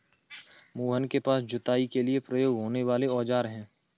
मोहन के पास जुताई के लिए प्रयोग होने वाले औज़ार है